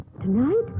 Tonight